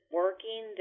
working